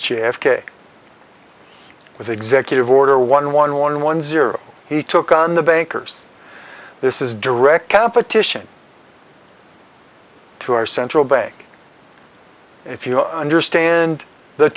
with executive order one one one one zero he took on the bankers this is direct competition to our central bank if you understand the